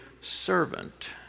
servant